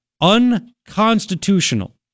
Unconstitutional